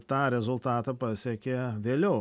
tą rezultatą pasiekė vėliau